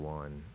one